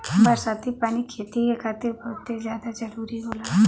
बरसाती पानी खेती के खातिर बहुते जादा जरूरी होला